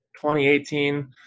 2018